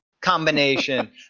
combination